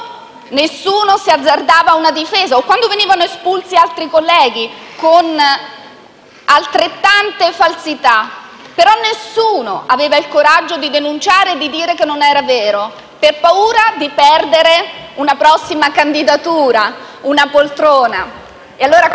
nessuno azzardava una difesa; quando venivano espulsi altri colleghi con altrettante falsità e nessuno aveva il coraggio di denunciare e di dire che non era vero per paura di perdere la prossima candidatura, una poltrona? Questa